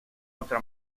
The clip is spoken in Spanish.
otra